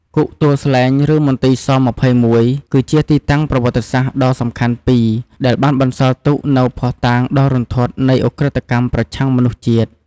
គុកទួលស្លែង ឬ មន្ទីរស-២១ គឺជាទីតាំងប្រវត្តិសាស្ត្រដ៏សំខាន់ពីរ ដែលបានបន្សល់ទុកនូវភស្តុតាងដ៏រន្ធត់នៃឧក្រិដ្ឋកម្មប្រឆាំងមនុស្សជាតិ។